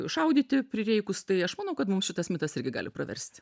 šaudyti prireikus tai aš manau kad mums šitas mitas irgi gali praversti